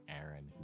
Aaron